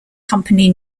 company